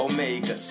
Omega